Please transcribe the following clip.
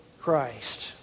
Christ